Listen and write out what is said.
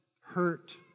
hurt